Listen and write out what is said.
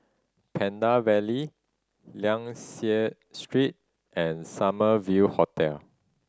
Pandan Valley Liang Seah Street and Summer View Hotel